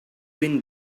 been